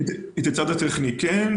את הצד הטכני כן,